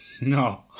No